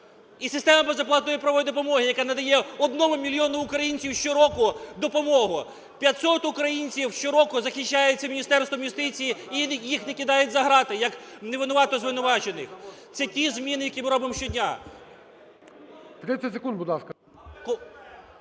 І система безоплатної правової допомоги, яка надає одному мільйону українців щороку допомогу. 500 українців щороку захищається Міністерством юстиції і їх не кидають за грати, як не винувато звинувачених. Це ті зміни, які ми робимо щодня…